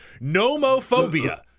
nomophobia